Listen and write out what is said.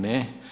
Ne.